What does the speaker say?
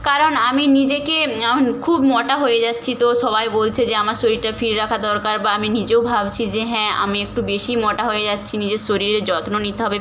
কারণ আমি নিজেকে খুব মোটা হয়ে যাচ্ছি তো সবাই বলছে যে আমার শরীরটা ফিট রাখা দরকার বা আমি নিজেও ভাবছি যে হ্যাঁ আমি একটু বেশিই মোটা হয়ে যাচ্ছি নিজের শরীরের যত্ন নিতে হবে